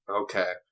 Okay